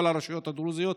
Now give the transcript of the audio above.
כל הרשויות הדרוזיות,